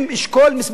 הם אשכול מס'